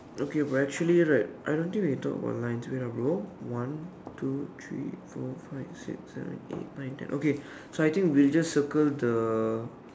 okay but actually right I don't think we talk about line two in row one two three four five six seven eight nine ten okay so I think we just circle the